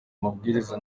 amabwiriza